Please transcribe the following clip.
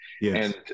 Yes